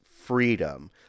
freedom